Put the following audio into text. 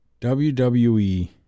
WWE